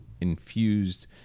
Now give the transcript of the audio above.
infused